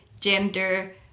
gender